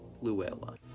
Luella